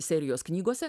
serijos knygose